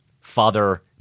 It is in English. Father